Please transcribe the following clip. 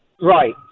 Right